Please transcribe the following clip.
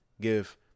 give